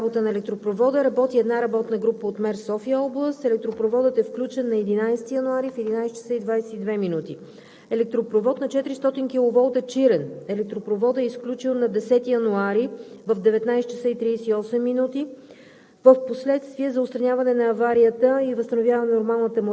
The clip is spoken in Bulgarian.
За отстраняване на аварията и съответно възстановяване на нормалната работа на електропровода работи една работна група от МЕР София област. Електропроводът е включен на 11 януари, в 11,22 ч. Електропровод на 400 киловолта „Чирен“. Електропроводът е изключил на 10 януари в 19,38 ч.